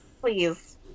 Please